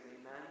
amen